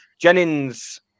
Jennings